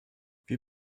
wir